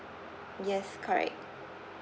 yes correct